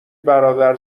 برادر